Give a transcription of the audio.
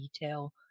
detail